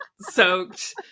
soaked